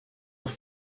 were